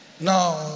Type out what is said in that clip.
Now